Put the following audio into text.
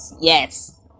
Yes